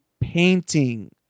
painting